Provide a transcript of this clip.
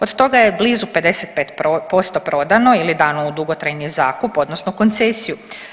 Od toga je blizu 55% prodano ili dano u dugotrajni zakup odnosno koncesiju.